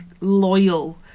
loyal